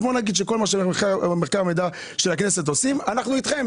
בוא נגיד שכל מה שמחקר והמידע של הכנסת אנחנו איתכם.